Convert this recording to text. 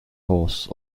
horse